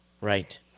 Right